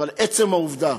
אבל עצם העובדה,